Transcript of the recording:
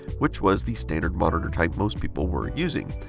which was the standard monitor type most people were using.